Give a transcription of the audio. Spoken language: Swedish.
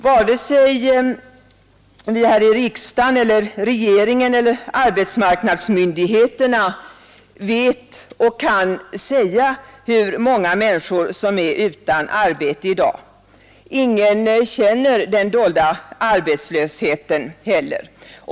Varken vi här i riksdagen eller regeringen eller arbetsmarknadsmyndigheterna vet och kan säga hur många människor som är utan arbete i dag. Ingen känner den dolda arbetslösheten.